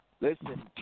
Listen